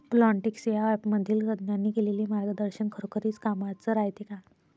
Plantix या ॲपमधील तज्ज्ञांनी केलेली मार्गदर्शन खरोखरीच कामाचं रायते का?